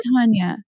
Tanya